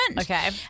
Okay